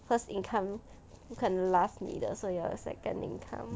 first income 不肯不可能 last 你的所以要有 second income